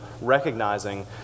recognizing